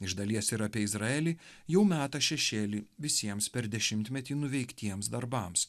iš dalies ir apie izraelį jau meta šešėlį visiems per dešimtmetį nuveiktiems darbams